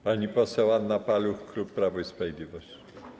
Pani poseł Anna Paluch, Prawo i Sprawiedliwość.